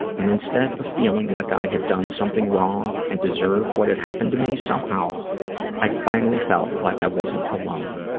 and instead of feeling like i had done something wrong and deserved what had happened to me, somehow i finally felt like i wasn't alone.